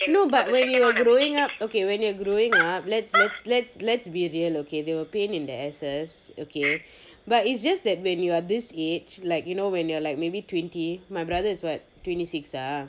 no but when you are growing up okay when you're growing up lets lets lets be real okay they were a pain in the asses okay but it's just that when you're this age like you know when you are like maybe twenty my brother is what twenty six ah